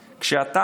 שתיים.